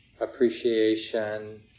appreciation